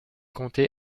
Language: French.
compter